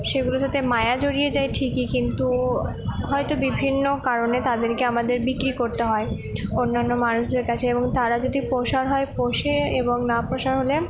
সেগুলোর সাথে মায়া জড়িয়ে যায় ঠিকই কিন্তু হয়তো বিভিন্ন কারণে তাদেরকে আমাদের বিক্রি করতে হয় অন্যান্য মানুষদের কাছে এবং তারা যদি পোষার হয় পোষে এবং না পোষার হলে